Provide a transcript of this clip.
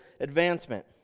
advancement